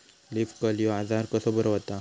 Leaf curl ह्यो आजार कसो बरो व्हता?